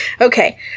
Okay